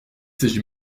s’agit